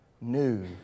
new